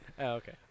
Okay